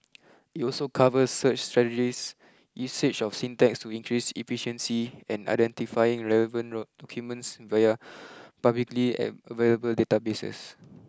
it also covers search strategies usage of syntax to increase efficiency and identifying relevant documents via publicly available databases